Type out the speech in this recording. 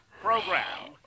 Program